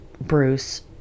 bruce